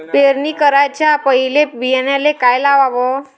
पेरणी कराच्या पयले बियान्याले का लावाव?